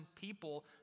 people